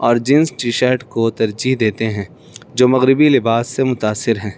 اور jeans T shirt کو ترجیح دیتے ہیں جو مغربی لباس سے متاثر ہیں